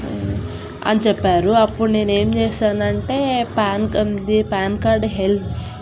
అని చెప్పారు అప్పుడు నేనే ఏం చేసాను అంటే పాన్కి అండి పాన్ కార్డ్ హెల్ప్